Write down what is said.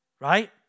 Right